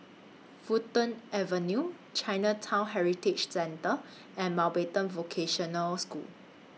Fulton Avenue Chinatown Heritage Centre and Mountbatten Vocational School